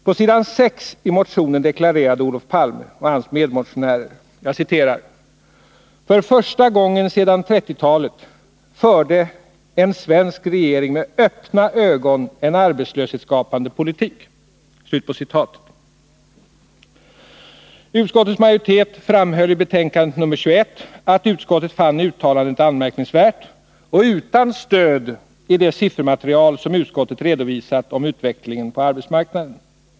På s. 6 i motionen deklarerade Olof Palme och hans medmotionärer: ”För första gången sedan 1930-talet förde en svensk regering med öppna ögon en arbetslöshetsskapande politik.” Utskottets majoritet framhöll i betänkande 1980/81:21 att utskottet fann uttalandet anmärkningsvärt och utan stöd i det siffermaterial som utskottet redovisade om utvecklingen på arbetsmarknaden.